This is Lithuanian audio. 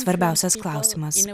svarbiausias klausimas